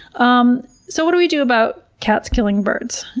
um so, what do we do about cats killing birds?